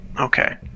Okay